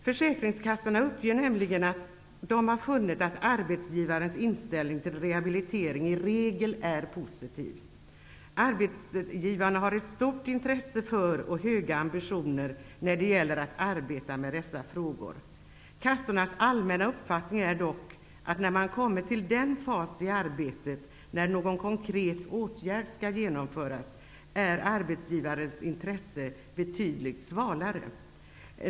Försäkringskassorna uppger nämligen att de har funnit att arbetsgivarnas inställning till rehabilitering i regel är positiv. Arbetsgivarna har ett stort intresse och höga ambitioner när det gäller att arbeta med dessa frågor. Kassornas allmänna uppfattning är dock att, när man kommit till den fas i arbetet när en konkret åtgärd skall genomföras, är arbetsgivarens intresse betydligt svalare.